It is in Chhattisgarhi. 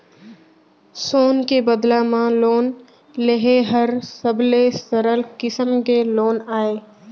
सोन के बदला म लोन लेहे हर सबले सरल किसम के लोन अय